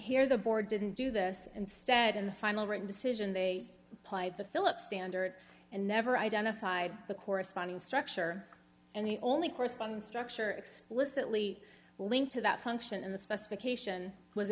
the board didn't do this and stead in the final written decision they played the philip standard and never identified the corresponding structure and the only corresponding structure explicitly linked to that function in the specification was